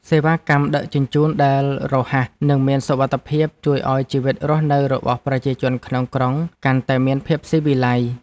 សេវាកម្មដឹកជញ្ជូនដែលរហ័ស និងមានសុវត្ថិភាពជួយឱ្យជីវិតរស់នៅរបស់ប្រជាជនក្នុងក្រុងកាន់តែមានភាពស៊ីវិល័យ។